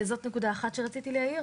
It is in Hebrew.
זאת נקודה אחת שרציתי להעיר.